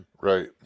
right